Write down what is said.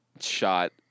shot